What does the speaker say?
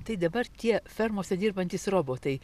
tai dabar tie fermose dirbantys robotai